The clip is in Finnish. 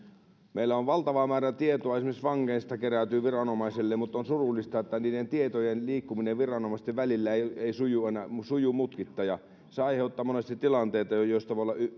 meillä valtava määrä tietoa esimerkiksi vangeista kerääntyy viranomaisille mutta on surullista että niiden tietojen liikkuminen viranomaisten välillä ei ei suju mutkitta se aiheuttaa monesti tilanteita joista voi olla